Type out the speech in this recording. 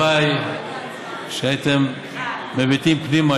הלוואי שהייתם מביטים פנימה,